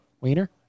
Wiener